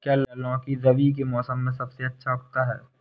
क्या लौकी रबी के मौसम में सबसे अच्छा उगता है?